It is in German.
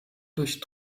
durch